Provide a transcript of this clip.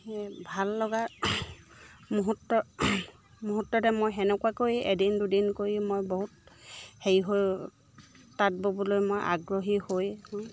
ভাল লগা মুহূৰ্ত মুহূৰ্ততে মই সেনেকুৱাকৈ এদিন দুদিন কৰি মই বহুত হেৰি হৈ তাঁত ব'বলৈ মই আগ্ৰহী হৈ